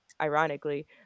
ironically